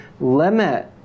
limit